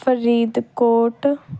Faridkot